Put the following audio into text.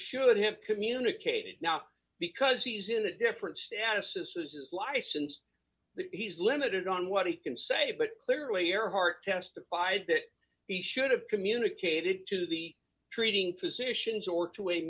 should have communicated now because he's in a different status is his license that he's limited on what he can say but clearly ehrhardt testified that he should have communicated to the treating physicians or to a